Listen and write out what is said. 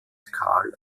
kahl